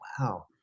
wow